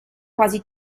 quasi